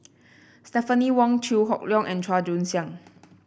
Stephanie Wong Chew Hock Leong and Chua Joon Siang